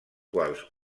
quals